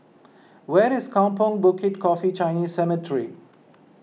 where is Kampong Bukit Coffee Chinese Cemetery